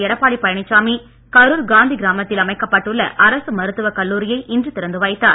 எடப்பாடி பழனிச்சாமி கருர் காந்தி கிராமத்தில் அமைக்கப்பட்டுள்ள அரசு மருத்துவக் கல்லூரியை இன்று திறந்து வைத்தார்